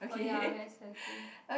oh ya very aesthetic